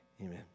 Amen